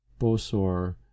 Bosor